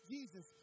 Jesus